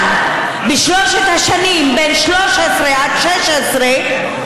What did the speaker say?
אבל בשלוש השנים מ-2013 עד 2016,